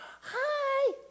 hi